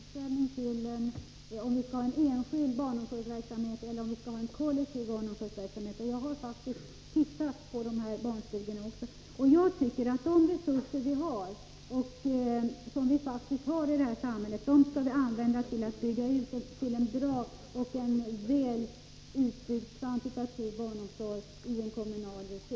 Herr talman! Ann-Cathrine Haglund och jag har olika inställning till huruvida vi skall ha enskild eller kollektiv barnomsorgsverksamhet. Jag har faktiskt tagit del av verksamheten på dessa enskilda barnstugor och kommit fram till att de resurser som vi faktiskt har i samhället bör användas till att skapa en väl utbyggd och kvantitativt tillräcklig barnomsorg i kommunal regi.